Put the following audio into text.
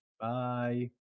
Bye